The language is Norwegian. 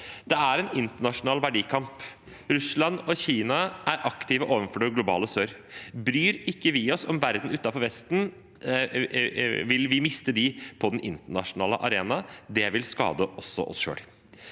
Det er en internasjonal verdikamp. Russland og Kina er aktive overfor det globale sør. Bryr ikke vi oss om verden utenfor Vesten, vil vi miste dem på den internasjonale arenaen. Det vil skade også oss selv.